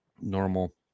normal